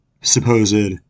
supposed